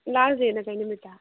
ꯂꯥꯁ ꯗꯦꯗꯅ ꯀꯔꯤ ꯅꯨꯃꯤꯠꯇ